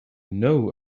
know